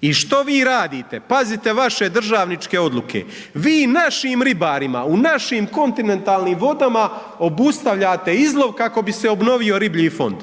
I što vi radite? Pazite vaše državničke odluke, vi našim ribarima u našim kontinentalnim vodama obustavljate izlov kako bi se obnovio riblji fond?